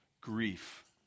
grief